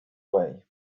way